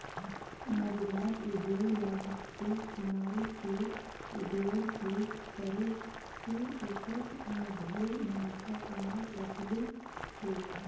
नवजात उद्योग लागी तु किनारी के उद्योग शुरू करके ओकर में ढेर मुनाफा कमा सकलहुं हे